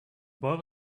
boy